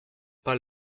pas